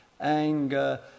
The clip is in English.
anger